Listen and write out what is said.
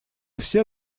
все